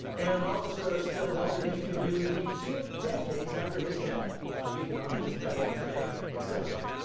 and an officer is still helping his community. two decades after his death. how you can honor his memory today in centerville.